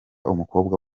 umukobwa